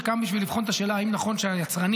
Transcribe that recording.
שקם בשביל לבחון את השאלה אם נכון שהיצרנים,